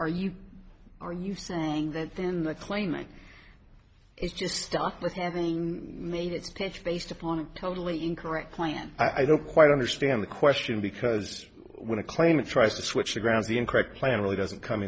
are you are you saying that then the claim might it's just stuck with having made its pitch based upon a totally incorrect plan i don't quite understand the question because when a claimant tries to switch the grounds the incorrect plan really doesn't come